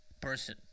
person